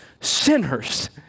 sinners